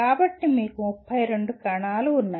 కాబట్టి మీకు 32 కణాలు ఉన్నాయి